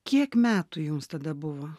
kiek metų jums tada buvo